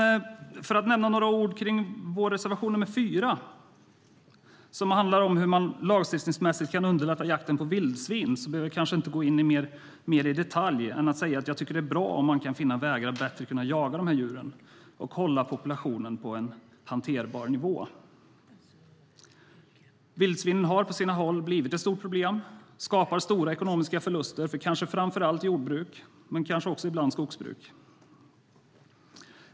Om jag ska nämna några ord om vår reservation 4 som handlar om hur man lagstiftningsmässigt kan underlätta jakten på vildsvin behöver jag kanske inte gå in mer i detalj än att säga att jag tycker det är bra om man kan finna vägar att bättre kunna jaga dessa djur och hålla populationen på en hanterbar nivå. Vildsvinen har på sina håll blivit ett stort problem och skapar stora ekonomiska förluster för kanske framför allt jordbruk men ibland också skogsbruk.